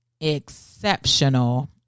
exceptional